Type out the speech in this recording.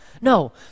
No